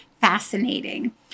fascinating